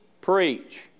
preach